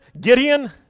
Gideon